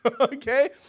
Okay